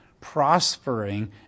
prospering